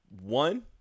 one